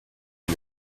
new